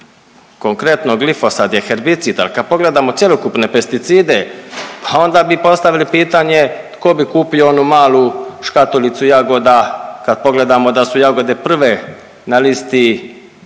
konkretno glifosat je herbicid, al kad pogledamo cjelokupne pesticide pa onda bi postavili pitanje tko bi kupio onu malu škatuljicu jagoda kad pogledamo da su jagode prve na listi